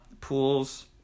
pools